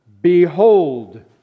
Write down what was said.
Behold